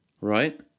right